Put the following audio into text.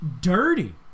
Dirty